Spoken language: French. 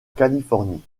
californie